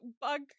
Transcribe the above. Bug